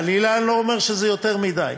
חלילה, אני לא אומר שזה יותר מדי.